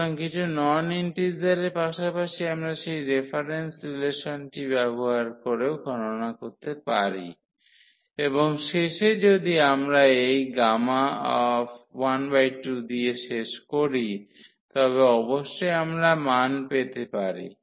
সুতরাং কিছু নন ইন্টিজারের পাশাপাশি আমরা সেই রেফারেন্স রিলেশনটি ব্যবহার করেও গণনা করতে পারি এবং শেষে যদি আমরা এই 12 দিয়ে শেষ করি তবে অবশ্যই আমরা মান পেতে পারি